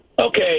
okay